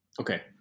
Okay